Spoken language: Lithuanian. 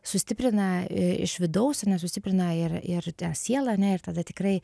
sustiprina iš vidaus ane sustiprina ir ir tą sielą ane ir tada tikrai